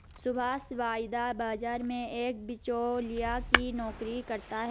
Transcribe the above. सुभाष वायदा बाजार में एक बीचोलिया की नौकरी करता है